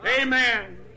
Amen